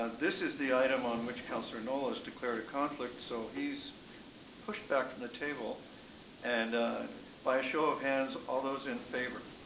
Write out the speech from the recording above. ah this is the item on which councillor knoll has declared a conflict so he's pushed back from the table and by a show of hands, all those in favour?